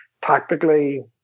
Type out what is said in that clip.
tactically